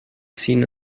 seen